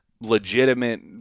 legitimate